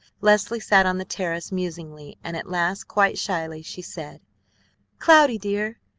leslie sat on the terrace musingly and at last quite shyly she said cloudy, dear,